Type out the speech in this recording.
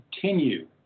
continue